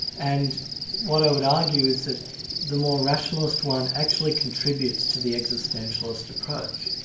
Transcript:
and what i would argue is that the more rationalist one actually contributes to the existentialist approach,